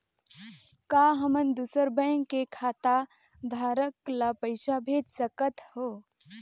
का हमन दूसर बैंक के खाताधरक ल पइसा भेज सकथ हों?